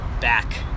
back